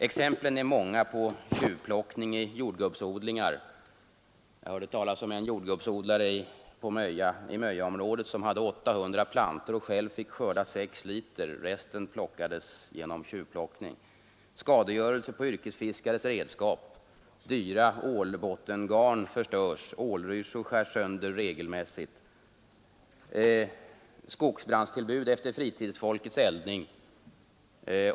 Exemplen är många på tjuvplockning i jordgubbsodlingar — jag hörde talas om en jordgubbsodlare på Möja som hade 800 plantor och själv fick skörda 6 liter, resten tjuvplockades. Yrkesfiskares redskap skadas, dyra ålbottengarn förstörs, ålryssjor skärs sönder regelmässigt, det förekommer skogsbrandstillbud efter fritidsfolkets eldning.